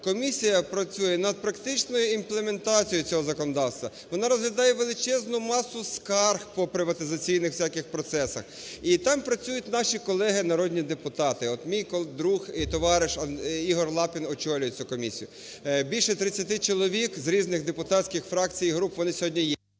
комісія працює над практичною імплементацією цього законодавства, вона розглядає величезну масу скарг по приватизаційних всяких процесах. І там працюють наші колеги народні депутати. От мій друг і товариш Ігор Лапін очолює цю комісію. Більше 30 чоловік з різних депутатських фракцій і груп вони сьогодні…